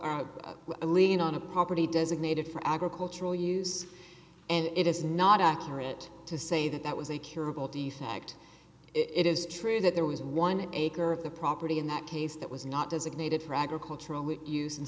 a lien on a property doesn't need it for agricultural use and it is not accurate to say that that was a curable defect it is true that there was one acre of the property in that case that was not designated for agricultural with use and